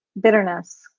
bitterness